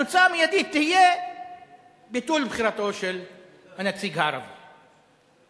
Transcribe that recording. התוצאה המיידית תהיה ביטול בחירתו של הנציג הערבי.